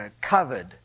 covered